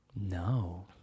no